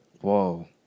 Whoa